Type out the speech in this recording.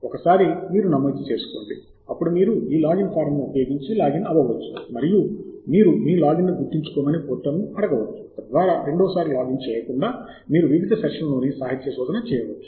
ఒకసారి మీరు నమోదు చేసుకోండి అప్పుడు మీరు ఈ లాగిన్ ఫారమ్ను ఉపయోగించి లాగిన్ అవ్వవచ్చు మరియు మీరు మీ లాగిన్ను గుర్తుంచుకోమని పోర్టల్ను అడగవచ్చు తద్వారా రెండోసారి లాగిన్ చేయకుండా మీరు వివిధ సెషన్లలో సాహిత్య శోధన చేయవచ్చు